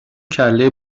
کلهی